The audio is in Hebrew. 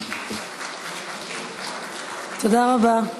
תודה רבה.